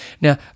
Now